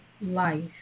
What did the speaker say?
life